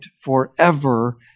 forever